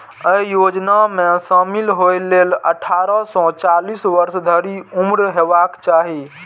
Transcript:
अय योजना मे शामिल होइ लेल अट्ठारह सं चालीस वर्ष धरि उम्र हेबाक चाही